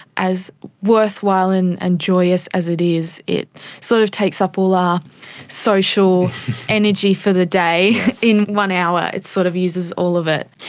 as worthwhile and and joyous as it is, it sort of takes up all our social energy for the day in one hour, it sort of uses all of it.